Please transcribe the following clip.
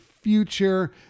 future